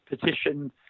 petition